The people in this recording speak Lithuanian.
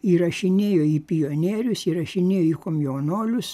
įrašinėjo į pionierius įrašinėjo į komjaunuolius